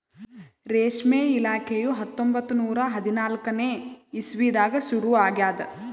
ರೇಷ್ಮೆ ಇಲಾಖೆಯು ಹತ್ತೊಂಬತ್ತು ನೂರಾ ಹದಿನಾಲ್ಕನೇ ಇಸ್ವಿದಾಗ ಶುರು ಆಗ್ಯದ್